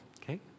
okay